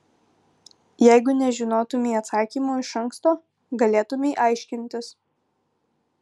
jeigu nežinotumei atsakymo iš anksto galėtumei aiškintis